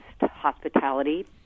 hospitality